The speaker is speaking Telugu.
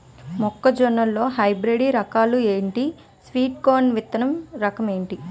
మొక్క జొన్న లో హైబ్రిడ్ రకాలు ఎంటి? స్వీట్ కార్న్ విత్తన రకం ఏంటి?